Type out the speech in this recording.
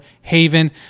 Haven